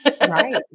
Right